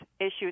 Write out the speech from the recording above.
issues